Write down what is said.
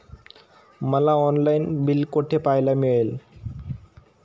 मला online bill कुठे पाहायला मिळेल?